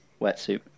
wetsuit